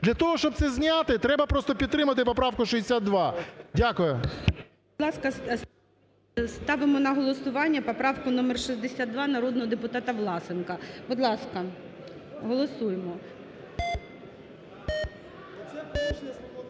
Для того, щоб це зняти, треба просто підтримати поправку 62. Дякую. ГОЛОВУЮЧИЙ. Будь ласка, ставимо на голосування поправку номер 62, народного депутата Власенка. Будь ласка, голосуємо.